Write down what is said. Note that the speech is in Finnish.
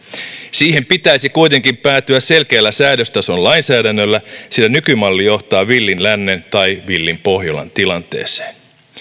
siihen pitäisi kuitenkin päätyä selkeällä säädöstason lainsäädännöllä sillä nykymalli johtaa villin lännen tai villin pohjolan tilanteeseen